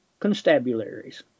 constabularies